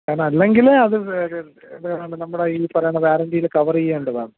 കാരണം അല്ലെങ്കിൽ അത് നമ്മുടെ ഈ പറയുന്ന വാറൻണ്ടിയിൽ കവർ ചെയ്യേണ്ടതാണ്